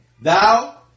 Thou